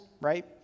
right